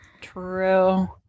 true